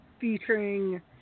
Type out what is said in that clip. featuring